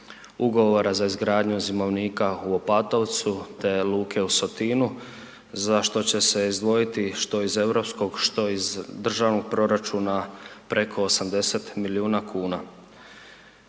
za izgradnju zimovnika u Opatovcu te luke u Sotinu za što će se izdvojiti što iz europskog, što iz državnog proračuna preko 80 milijuna kuna.